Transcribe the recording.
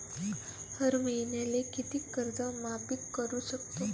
हर मईन्याले कितीक कर्ज वापिस करू सकतो?